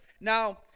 Now